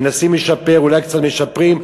מנסים לשפר, אולי קצת משפרים,